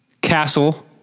castle